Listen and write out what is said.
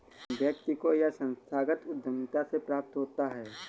व्यक्ति को यह संस्थागत उद्धमिता से प्राप्त होता है